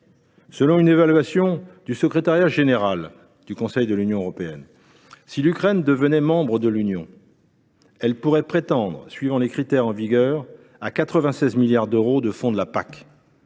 Selon une évaluation du secrétariat général du Conseil, si l’Ukraine devenait membre de l’Union européenne, elle pourrait prétendre, suivant les critères en vigueur, à 96 milliards d’euros de fonds de la PAC,